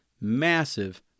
massive